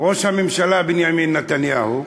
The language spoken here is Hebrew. ראש הממשלה בנימין נתניהו,